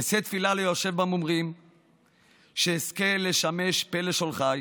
אשא תפילה ליושב במרומים שאזכה לשמש פה לשולחיי,